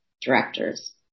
directors